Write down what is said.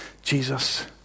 Jesus